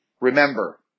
Remember